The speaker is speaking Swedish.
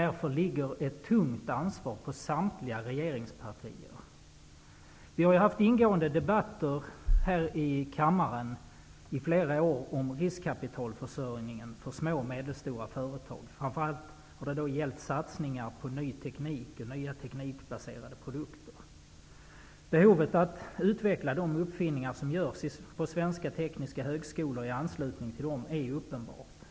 Därför ligger ett tungt ansvar på samtliga regeringspartier. Vi har haft ingående debatter här i kammaren i flera år om riskkapitalförsörjningen för små och medelstora företag, framför allt har det gällt satsningar på ny teknik och nya teknikbaserade produkter. Behovet att utveckla de uppfinningar som görs på svenska tekniska högskolor i anslutning till detta är uppenbart.